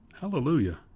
Hallelujah